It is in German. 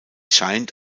scheint